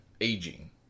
aging